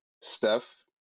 Steph